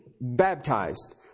baptized